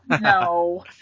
no